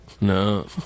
No